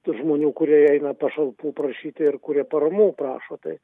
tų žmonių kurie eina pašalpų prašyti ir kurie paramų prašo tai